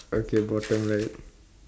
okay bottom right